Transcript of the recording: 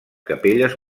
capelles